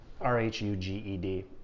r-h-u-g-e-d